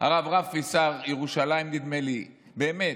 הרב רפי, שר ירושלים, נדמה לי, באמת,